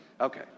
Okay